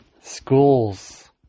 schools